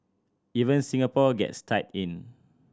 even Singapore gets tied in